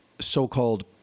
so-called